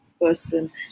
person